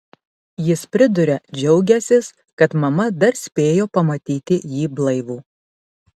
jis priduria džiaugiąsis kad mama dar spėjo pamatyti jį blaivų